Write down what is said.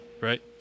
right